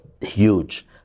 huge